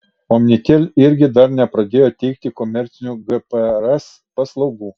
omnitel irgi dar nepradėjo teikti komercinių gprs paslaugų